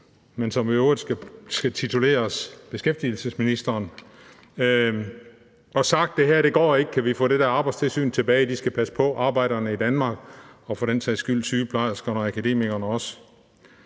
men som i øvrigt skal tituleres beskæftigelsesministeren, og sagt: Det her går ikke. Kan vi så få det der Arbejdstilsyn tilbage? De skal passe på arbejderne i Danmark, og for den sags skyld også sygeplejerskerne og akademikerne.